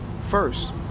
first